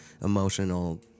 emotional